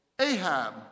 Ahab